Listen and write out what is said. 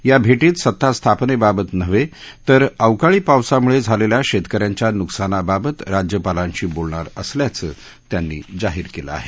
या भेटीत सत्ता स्थापनेबाबत नव्हे तर अवकाळी पावसामुळे झालेल्या शेतक यांच्या न्कसानाबाबत राज्यपालांशी बोलणार असल्याचं त्यांनी जाहीर केलं आहे